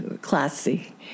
classy